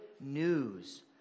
news